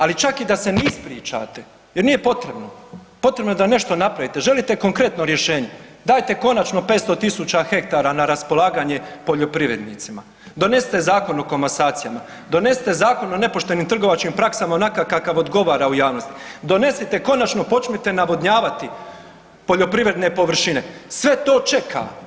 Ali čak da se i ne ispričate jer nije potrebno, potrebno je da nešto napravite, želite konkretno rješenje, dajte konačno 500.000 hektara na raspolaganje poljoprivrednicima, donesite Zakon o komasacijama, donesite Zakon o nepoštenim trgovačkim praksama onakav kakav odgovara u javnosti, donesite, konačno počnite navodnjavati poljoprivredne površine, sve to čeka.